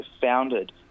founded